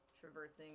traversing